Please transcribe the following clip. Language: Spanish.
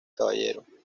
caballero